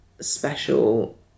special